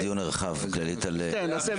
אנחנו נעשה דיון רחב כללי על חסמים.